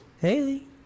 Haley